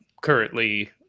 currently